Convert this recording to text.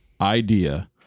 idea